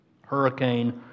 Hurricane